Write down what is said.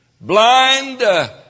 Blind